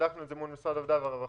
בדקנו את זה מול משרד העבודה והרווחה,